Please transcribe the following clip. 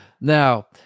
Now